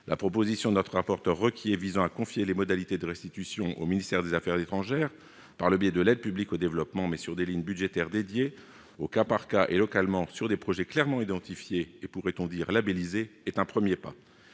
La proposition de notre rapporteur pour avis Jean-Claude Requier de confier les modalités de restitution au ministère des affaires étrangères, par le biais de l'aide publique au développement, mais sur des lignes budgétaires dédiées, au cas par cas et localement, sur des projets clairement identifiés et, pourrait-on dire, labellisés, constitue un premier pas.